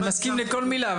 אני מסכים עם כל מילה.